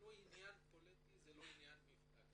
עניין פוליטי ולא מפלגתי.